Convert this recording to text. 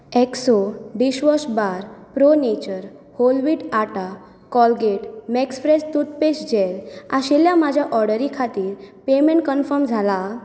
एक्सो dishwash bar Pro Nature whole wheat atta आनी Colgate Max Fresh toothpaste gel आशिल्ल्या म्हज्या ऑर्डरी खातीर पेमेंट कन्फर्म जाला